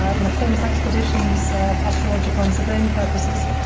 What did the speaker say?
ah you know, famous expeditions for astrological and surveying purposes.